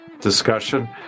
discussion